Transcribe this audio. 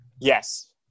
Yes